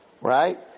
right